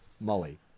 Molly